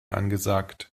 angesagt